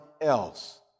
else